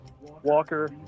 Walker